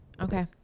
okay